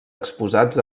exposats